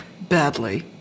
Badly